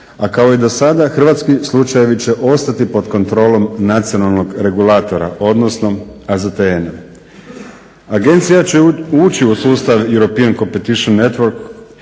a kao i do sada hrvatski slučajevi će ostati pod kontrolom nacionalnog regulatora odnosno AZTN-a. Agencija će ući u sustav European competition network